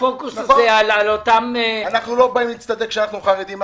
הפוקוס הזה על אותם --- אנחנו לא באים להצטדק שאנחנו חרדים,